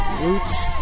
Roots